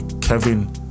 Kevin